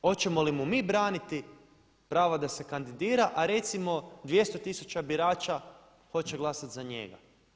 Hoćemo li mu mi braniti pravo da se kandidira, a recimo 200000 birača hoće glasati za njega.